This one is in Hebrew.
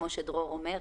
כמו שדרור אומר,